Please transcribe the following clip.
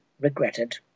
regretted